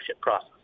process